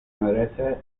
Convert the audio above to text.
merece